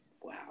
Wow